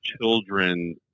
children